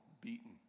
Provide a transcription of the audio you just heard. Beaten